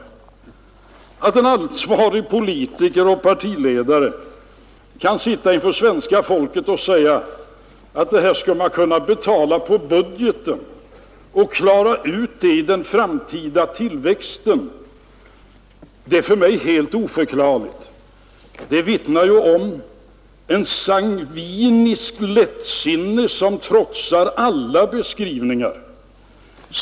Att en ansvarig politiker och partiledare kan sitta inför svenska folket och säga att man skall kunna betala detta via budgeten och finansiera det genom den framtida tillväxten är för mig helt oförklarligt. Det vittnar ju om ett sangviniskt lättsinne som trotsar alla beskrivningar.